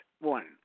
one